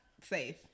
safe